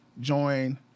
Join